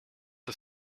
het